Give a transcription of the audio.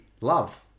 love